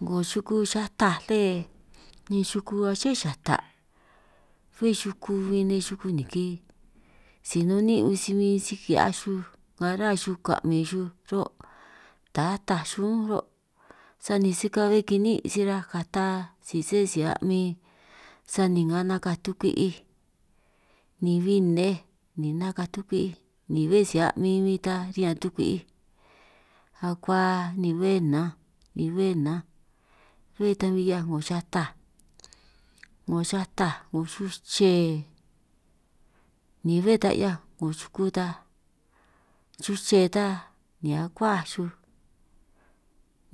'Ngo xuku xata le ni xuku aché xata bé xuku bin nej xuku niki, si nun niin' bin si huin si kihiaj xuj nga ruhua xuj ka'min xuj ro', ta ataj xuj ún ro' sani si ka'hue kiniín' si ruhua kataj si sé si a'min, sani nga nakaj tukwi'ij ni bin nnej ni nakaj tukwi'ij ni bé si a'min bin ta riñan tukwi'ij, akua ni be nnanj ni be nnanj bé ta min ki'hiaj 'ngo xataj, 'ngo xataj 'ngo xuche ni bé ta 'hiaj 'ngo xuku ta xuche ta ni akuaj xuj,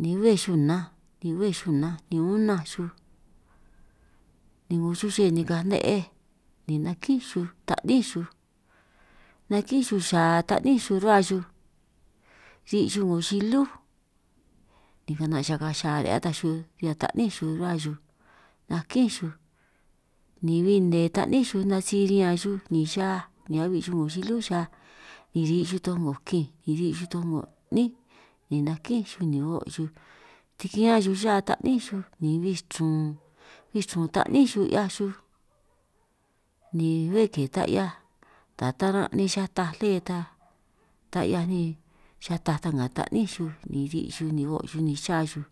ni béj xuj nnanj ni bé xuj nnanj ni unanj xuj ni 'ngo xuche nika ne'ej, ni nakín xuj ta'ní xuj nakín xuj xa ta'ní ruhua xuj, ri' xuj 'ngo xilú ni ka'na' xaka xa ré' ataj xuj riñan ta'ní xuj ruhua xuj, nakín xuj ni bin nne ta'ní xuj nasi riñan xuj ni xa ni a'bi' xuj 'ngo xilú xaj, ni ri' xuj toj 'ngo kinj ri' xuj toj 'ngo 'nín, ni nakín xuj ni o' xuj tikián xuj xa ta'ní xuj, ni bin chrun, bin chrun ta'ní xuj ta'ní xuj 'hiaj xuj, ni bé ke ta 'hiaj ta taran' nej xataj lí ta, ta 'hiaj nej xata ta nga ta'ní xuj ni ri' xuj ni o' xuj ni xa xuj.